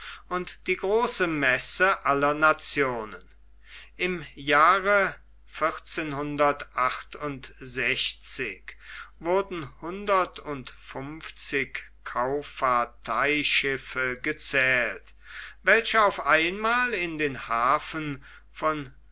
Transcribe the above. und die große messe aller nationen im jahre wurden hundert und fünfzig kauffahrteischiffe gezählt welche auf einmal in den hafen von